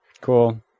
Cool